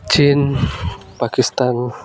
Chin Pakistan